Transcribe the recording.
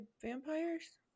vampires